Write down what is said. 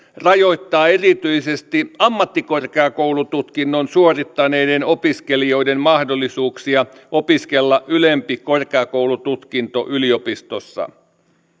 rajoittaa erityisesti ammattikorkeakoulututkinnon suorittaneiden opiskelijoiden mahdollisuuksia opiskella ylempi korkeakoulututkinto yliopistossa